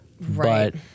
Right